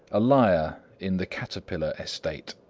a liar in the caterpillar state.